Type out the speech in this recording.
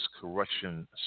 Corruption